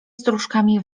strużkami